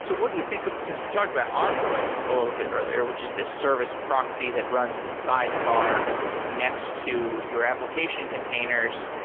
what do you think of since we talked about envoy a little bit earlier, which is this service proxy that runs in a sidecar next to your application containers,